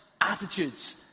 attitudes